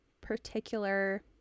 particular